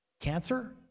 Cancer